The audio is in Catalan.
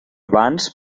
bans